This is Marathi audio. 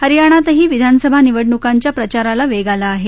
हरियाणातही विधानसभा निवडण्कांच्या प्रचाराला वेग आला आहे